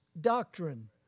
doctrine